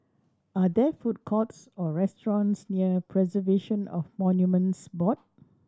are there food courts or restaurants near Preservation of Monuments Board